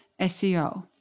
SEO